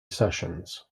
sessions